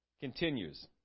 continues